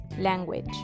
language